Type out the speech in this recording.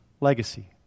legacy